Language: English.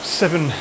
seven